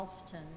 Alston